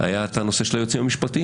היה את הנושא של היועצים המשפטיים,